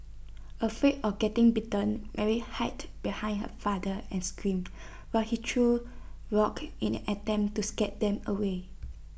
afraid of getting bitten Mary hid behind her father and screamed while he threw rocks in an attempt to scare them away